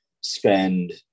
spend